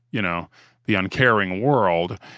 you know the uncaring world,